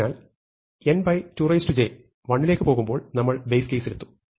അതിനാൽ n2j 1ലേക്ക് പോകുമ്പോൾ നമ്മൾ ബേസ് കേസിലെത്തും